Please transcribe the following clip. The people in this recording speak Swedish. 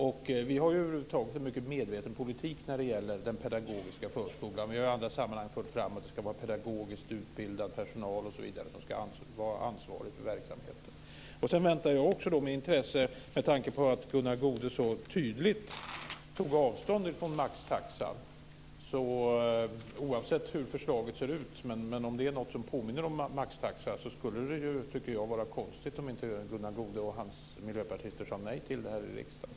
Vi har över huvud taget en mycket medveten politik när det gäller den pedagogiska förskolan. I andra sammanhang har vi fört fram att det ska vara pedagogiskt utbildad personal osv. som ska vara ansvarig för verksamheten. Gunnar Goude tog tydligt avstånd från maxtaxan. Oavsett hur förslaget ser ut, om det nu är något som påminner om maxtaxa, skulle det var konstigt om inte Gunnar Goude och hans miljöpartister sade nej till det här i riksdagen.